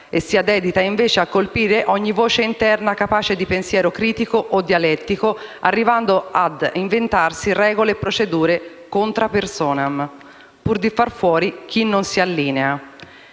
e sia dedita invece a colpire ogni voce interna capace di pensiero critico o dialettico, arrivando ad inventarsi regole o procedure *contra personam*, pur di far fuori chi non si allinea.